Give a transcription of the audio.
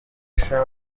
gufasha